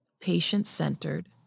patient-centered